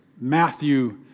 Matthew